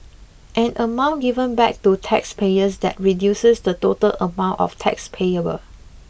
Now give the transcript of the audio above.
an amount given back to taxpayers that reduces the total amount of tax payable